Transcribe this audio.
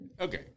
Okay